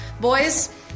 Boys